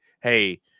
hey